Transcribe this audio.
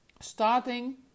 starting